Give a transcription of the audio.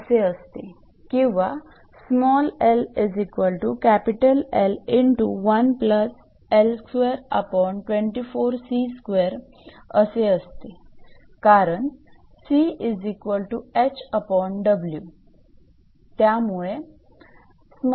किंवा असे असते कारण 𝑐𝐻𝑊